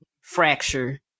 fracture